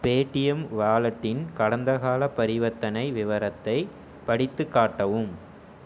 Paytm வாலெட்டின் கடந்தகால பரிவர்த்தனை விவரத்தை படித்துக் காட்டவும்